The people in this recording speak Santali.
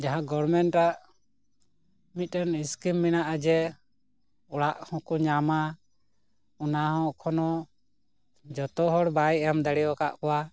ᱡᱟᱦᱟᱸ ᱜᱚᱨᱢᱮᱴᱼᱟᱜ ᱢᱤᱫᱴᱮᱱ ᱥᱠᱤᱢ ᱢᱮᱱᱟᱜᱼᱟ ᱡᱮ ᱚᱲᱟᱜ ᱦᱚᱠᱚ ᱧᱟᱢᱟ ᱚᱱᱟ ᱦᱚᱸ ᱮᱠᱷᱚᱱᱳ ᱡᱚᱛᱚ ᱦᱚᱲ ᱵᱟᱭ ᱮᱢ ᱫᱟᱲᱮ ᱟᱠᱟᱫ ᱠᱚᱣᱟ